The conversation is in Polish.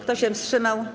Kto się wstrzymał?